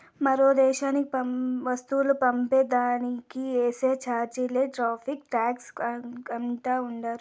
మరో దేశానికి వస్తువులు పంపే దానికి ఏసే చార్జీలే టార్రిఫ్ టాక్స్ అంటా ఉండారు